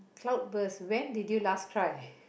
cloud burst when did you last try